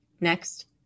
Next